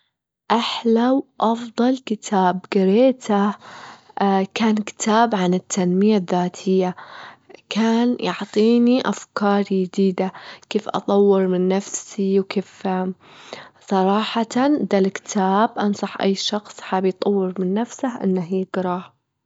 أحلى وأفضل كتاب جريته، كان كتاب عن التنمية الذاتية، كان يعطيني أفكار يديدة، كيف اطور من نفسي وكيف، صراحةً دا الكتاب أنصح أي شخص حابب يطور من نفسه أنه يجراه.